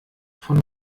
von